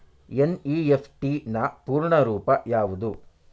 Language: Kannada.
ಎನ್.ಇ.ಎಫ್.ಟಿ ನ ಪೂರ್ಣ ರೂಪ ಯಾವುದು?